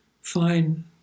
fine